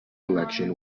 election